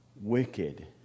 wicked